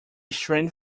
strange